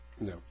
No